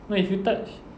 no if you touch